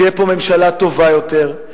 תהיה פה ממשלה טובה יותר,